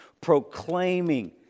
Proclaiming